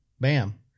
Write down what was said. Bam